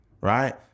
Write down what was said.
Right